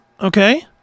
Okay